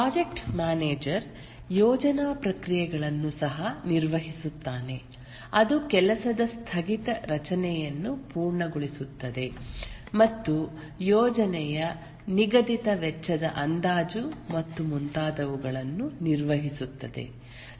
project manager ಯೋಜನಾ ಪ್ರಕ್ರಿಯೆಗಳನ್ನು ಸಹ ನಿರ್ವಹಿಸುತ್ತಾನೆ ಅದು ಕೆಲಸದ ಸ್ಥಗಿತ ರಚನೆಯನ್ನು ಪೂರ್ಣಗೊಳಿಸುತ್ತದೆ ಮತ್ತು ಯೋಜನೆಯ ನಿಗದಿತ ವೆಚ್ಚದ ಅಂದಾಜು ಮತ್ತು ಮುಂತಾದವುಗಳನ್ನು ನಿರ್ವಹಿಸುತ್ತದೆ